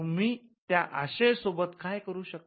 तुम्ही त्या आशय सोबत काय करू शकता